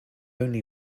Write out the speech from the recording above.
only